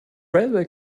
railway